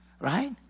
right